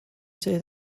say